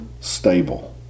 stable